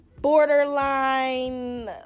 borderline